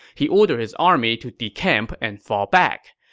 he ordered his army to decamp and fall back.